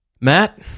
Matt